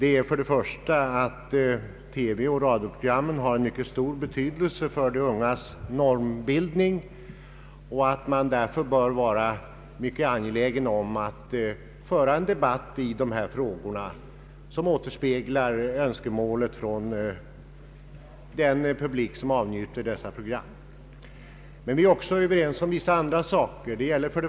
TV och radioprogrammen har naturligtvis en mycket stor betydelse för de ungas normbildning, och man bör därför vara mycket angelägen om att föra en debatt i dessa frågor som återspeglar önskemålen från den publik som tar del av dessa program. Vi är även överens på vissa andra punkter.